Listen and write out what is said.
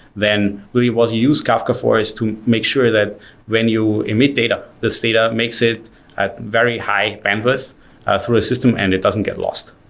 then really what you use kafka for is to make sure that when you emit data, this data makes it at very high bandwidth through a system and it doesn't get lost.